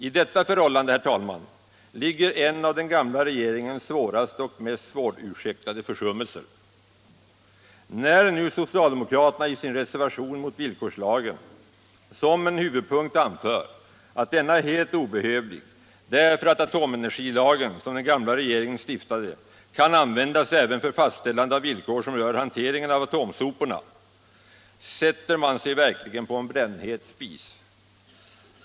I detta förhållande, herr talman, ligger en av den gamla regeringens svåraste och mest svårursäktade försummelser. När nu socialdemokraterna i sin reservation mot villkorslagen som en huvudpunkt anför att denna är helt obehövlig därför att atomenergilagen, som den gamla regeringen stiftade, kan användas även för fastställande av villkor som rör hanteringen av atomsoporna, sätter man sig verkligen på en brännhet spis.